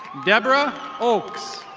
deborah oaks.